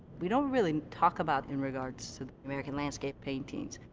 we don't really talk about in regards to american landscape paintings.